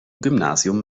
gymnasium